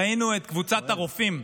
ראינו את קבוצת הרופאים,